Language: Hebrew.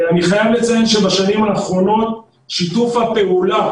אני חייב לציין שבשנים האחרונות שיתוף הפעולה